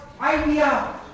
idea